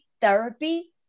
therapy